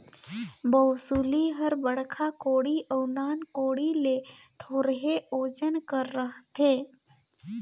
बउसली हर बड़खा कोड़ी अउ नान कोड़ी ले थोरहे ओजन कर रहथे